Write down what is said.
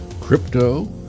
crypto